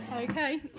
Okay